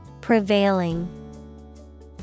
Prevailing